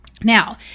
Now